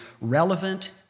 relevant